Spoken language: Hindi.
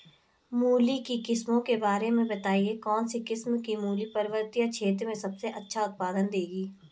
मूली की किस्मों के बारे में बताइये कौन सी किस्म की मूली पर्वतीय क्षेत्रों में सबसे अच्छा उत्पादन देंगी?